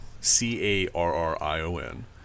C-A-R-R-I-O-N